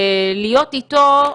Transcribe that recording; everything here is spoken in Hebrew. להיות איתו,